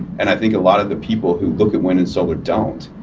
and i think a lot of the people who look at wind and solar don't.